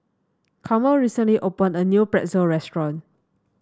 Carmel recently opened a new Pretzel restaurant